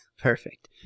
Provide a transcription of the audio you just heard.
Perfect